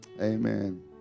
Amen